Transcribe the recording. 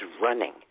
running